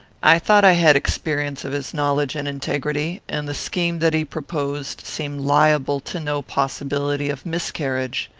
i thought i had experience of his knowledge and integrity, and the scheme that he proposed seemed liable to no possibility of miscarriage.